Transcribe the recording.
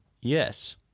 Yes